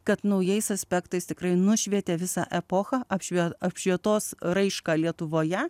kad naujais aspektais tikrai nušvietė visą epochą apšvie apšvietos raišką lietuvoje